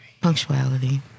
Punctuality